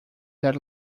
that